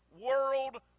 world